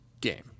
game